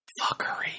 fuckery